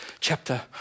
chapter